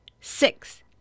six